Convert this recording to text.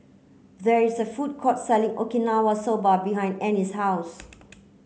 there is a food court selling Okinawa soba behind Annie's house